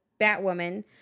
Batwoman